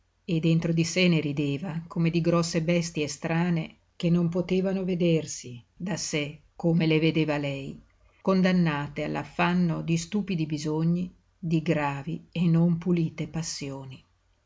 e dentro di sé ne rideva come di grosse bestie strane che non potevano vedersi da sé come le vedeva lei condannate all'affanno di stupidi bisogni di gravi e non pulite passioni